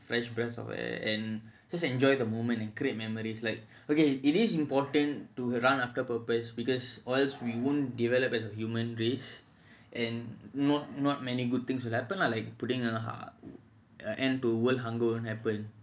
fresh breath of air and just enjoy the moment and create memories like okay it is important to run after purpose or else we won't develop as a human race and not not many good things will happen lah like putting an end to world hunger won't happen